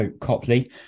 Copley